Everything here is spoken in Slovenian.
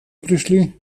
prišli